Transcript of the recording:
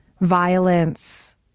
violence